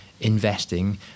investing